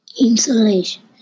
insulation